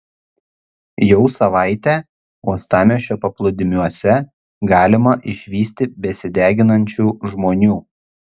jau savaitę uostamiesčio paplūdimiuose galima išvysti besideginančių žmonių